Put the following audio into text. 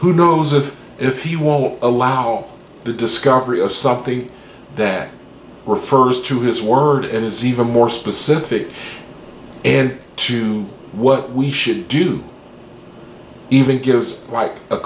who knows of if he won't allow the discovery of something that refers to his word and is even more specific and to what we should do even gives like a